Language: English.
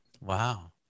Wow